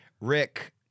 Rick